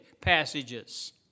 passages